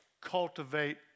cultivate